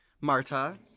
Marta